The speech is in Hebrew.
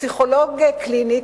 פסיכולוג קליני,